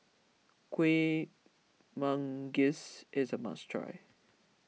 Kuih Manggis is a must try